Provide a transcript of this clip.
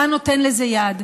אתה נותן לזה יד,